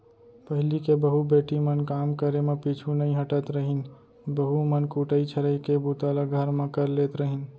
पहिली के बहू बेटी मन काम करे म पीछू नइ हटत रहिन, बहू मन कुटई छरई के बूता ल घर म कर लेत रहिन